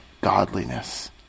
godliness